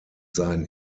seien